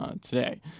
today